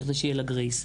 כדי שיהיה לה grace.